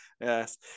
Yes